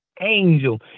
angel